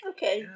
Okay